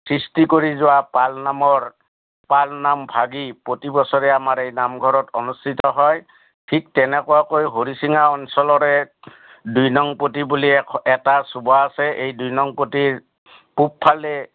সৃষ্টি কৰি যোৱা পালনামৰ পালনাম ভাগি প্ৰতি বছৰে আমাৰ এই নামঘৰত অনুষ্ঠিত হয় ঠিক তেনেকুৱাকৈ হৰিচিঙা অঞ্চলৰে দুই নং পতি বুলি এটা চুবা আছে এই দুই নং পতিৰ পূবফালে